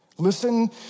Listen